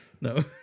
No